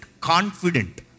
confident